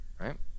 right